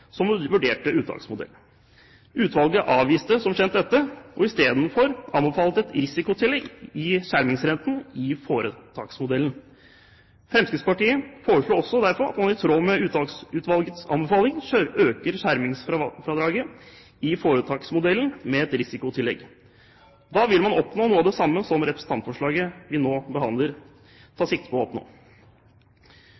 som vurderte uttaksmodell. Utvalget avviste som kjent dette, og anbefalte i stedet et risikotillegg i skjermingsrenten i foretaksmodellen. Fremskrittspartiet foreslår også derfor at man i tråd med Uttaksutvalgets anbefaling øker skjermingsfradraget i foretaksmodellen med et risikotillegg. Da vil man oppnå noe av det samme som det representantforslaget vi nå behandler,